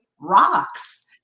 rocks